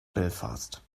belfast